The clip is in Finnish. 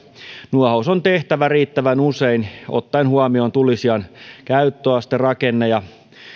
nuohous on tehtävä riittävän usein ottaen huomioon tulisijan käyttöaste rakenne ja